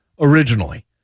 originally